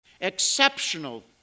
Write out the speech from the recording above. exceptional